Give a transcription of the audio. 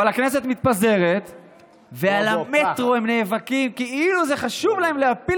אבל הכנסת מתפזרת ועל המטרו הם נאבקים כאילו זה חשוב להם להפיל